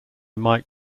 mike